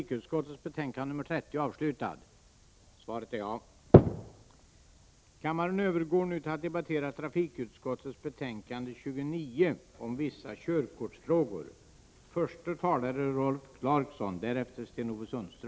Kammaren övergår nu till att debattera utbildningsutskottets betänkande 40 om vissa arbetsmarknadspolitiska åtgärder.